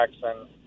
Jackson